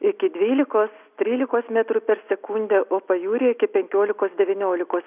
iki dvylikos trylikos metrų per sekundę o pajūryje iki penkiolikos devyniolikos